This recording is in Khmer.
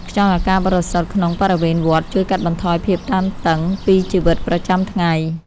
ខ្យល់អាកាសបរិសុទ្ធក្នុងបរិវេណវត្ត ជួយកាត់បន្ថយភាពតានតឹងពីជីវិតប្រចាំថ្ងៃ។